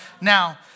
Now